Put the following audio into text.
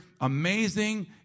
amazing